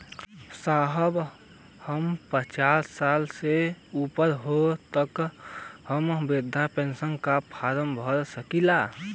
साहब हम पचास साल से ऊपर हई ताका हम बृध पेंसन का फोरम भर सकेला?